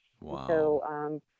Wow